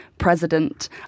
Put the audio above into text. President